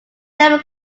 never